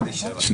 2